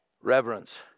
Reverence